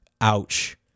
Ouch